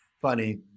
funny